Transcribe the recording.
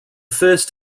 first